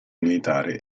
militare